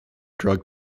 drug